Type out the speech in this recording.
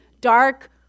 dark